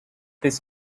this